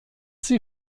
sie